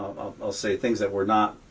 i'll say, things that were not